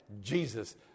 Jesus